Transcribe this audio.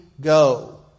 go